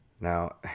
now